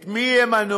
את מי ימנו,